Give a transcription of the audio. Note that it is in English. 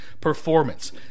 performance